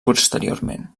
posteriorment